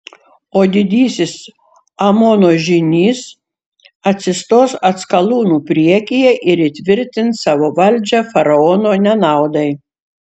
o didysis amono žynys atsistos atskalūnų priekyje ir įtvirtins savo valdžią faraono nenaudai